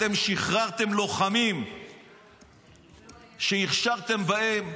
אתם שחררתם לוחמים שהשקעתם בהם,